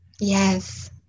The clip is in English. Yes